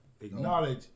Acknowledge